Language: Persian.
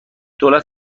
دولت